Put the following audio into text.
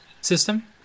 system